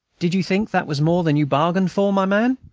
did you think that was more than you bargained for, my man?